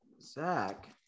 Zach